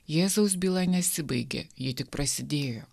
jėzaus byla nesibaigė ji tik prasidėjo